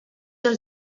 els